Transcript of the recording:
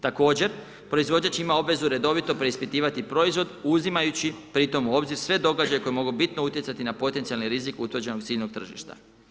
Također, proizvođač ima obvezu redovito preispitivati proizvod uzimajući pri tom u obzir sve događaje koji mogu bitno utjecati na potencijalni rizik utvrđenom ... tržišta.